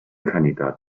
kandidat